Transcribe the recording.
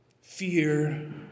Fear